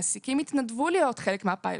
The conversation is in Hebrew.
מעסקים התנדבו להיות חלק מהפיילוט.